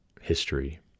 history